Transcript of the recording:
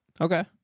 Okay